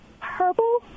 purple